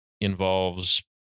involves